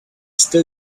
still